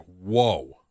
whoa